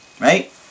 right